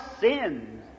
sins